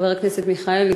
חבר הכנסת מיכאלי,